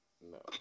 No